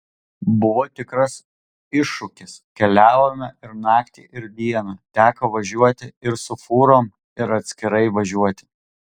buvo tikras iššūkis keliavome ir naktį ir dieną teko važiuoti ir su fūrom ir atskirai važiuoti